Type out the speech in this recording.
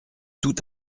tout